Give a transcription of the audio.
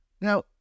Now